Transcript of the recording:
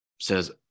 says